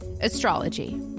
astrology